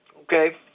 Okay